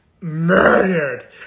murdered